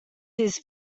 his